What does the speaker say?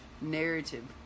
narrative